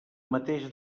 mateix